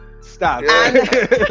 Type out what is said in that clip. stop